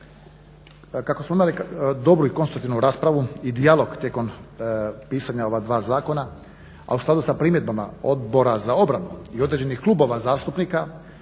Kako smo imali dobru i konstruktivnu raspravu i dijalog tijekom pisanja ova dva zakona, a u skladu sa primjedbama Odbora za obranu i određenih klubova zastupnika,